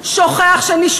שוכח שהוא בא לשנות,